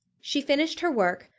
she finished her work,